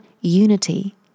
unity